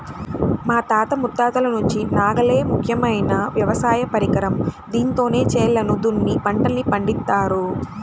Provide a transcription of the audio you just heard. మా తాత ముత్తాతల నుంచి నాగలే ముఖ్యమైన వ్యవసాయ పరికరం, దీంతోనే చేలను దున్ని పంటల్ని పండిత్తారు